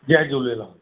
Jay Jhulelal